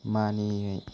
मानियै